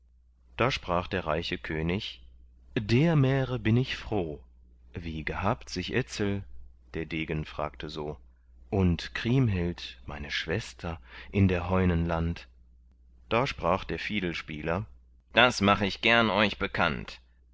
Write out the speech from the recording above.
da sprach der reiche könig der märe bin ich froh wie gehabt sich etzel der degen fragte so und kriemhild meine schwester in der heunen land da sprach der fiedelspieler das mach ich gern euch bekannt